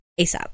ASAP